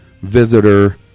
visitor